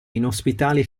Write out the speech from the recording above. inospitali